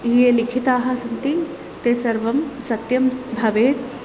ये लिखिताः सन्ति ते सर्वं सत्यं भवेत्